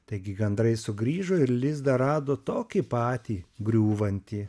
taigi gandrai sugrįžo ir lizdą rado tokį patį griūvantį